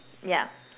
yeah